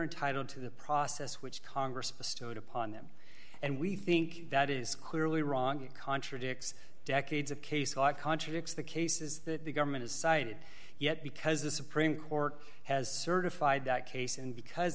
entitled to the process which congress bestowed upon them and we think that is clearly wrong it contradicts decades of case law contradicts the cases that the government is cited yet because the supreme court has certified that case and because